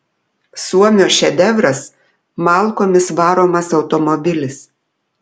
suomio šedevras malkomis varomas automobilis